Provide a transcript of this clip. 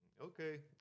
Okay